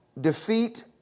Defeat